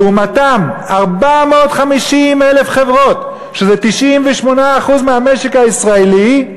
לעומתם 450,000 חברות, שזה 98% מהמשק הישראלי,